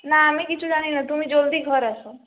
না আমি কিছু জানি না তুমি জলদি ঘর আসো